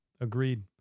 Agreed